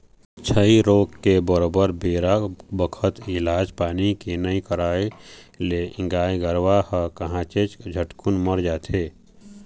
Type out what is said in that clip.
छई रोग के बरोबर बेरा बखत इलाज पानी के नइ करवई ले गाय गरुवा ह काहेच झटकुन मर जाथे